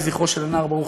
יהי זכרו של הנער ברוך.